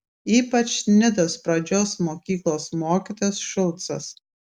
ypač nidos pradžios mokyklos mokytojas šulcas